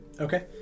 Okay